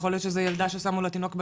יכול להיות שזאת ילדה ששמו לה תינוק בידיים.